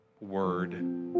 word